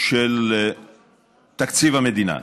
של תקציב המדינה.